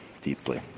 deeply